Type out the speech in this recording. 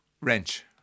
wrench